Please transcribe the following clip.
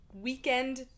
weekend